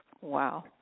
Wow